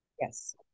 Yes